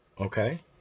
Okay